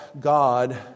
God